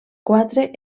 quatre